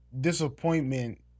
disappointment